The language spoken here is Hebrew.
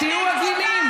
תהיו הגונים.